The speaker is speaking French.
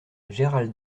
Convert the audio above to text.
gérald